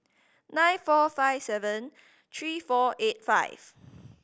nine four five seven three four eight five